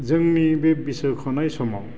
जोंनि बे बिसायख'नाय समाव